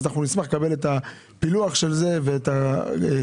אנחנו נשמח לקבל את הפילוח של זה ואת הכספים.